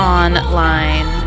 online